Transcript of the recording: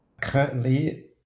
Currently